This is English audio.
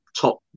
top